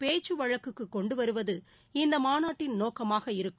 பேச்சு வழக்குக்கு கொண்டுவருவது இந்த மாநாட்டின் நோக்கமாக இருக்கும்